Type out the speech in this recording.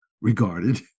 regarded